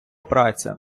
праця